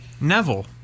Neville